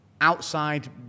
outside